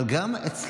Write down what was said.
אבל גם אצלנו,